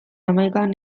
hamaikan